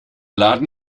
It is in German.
laden